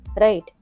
right